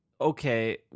okay